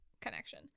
connection